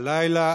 הלילה